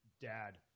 dad